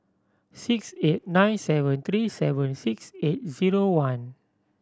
six eight nine seven three seven six eight zero one